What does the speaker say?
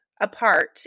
Apart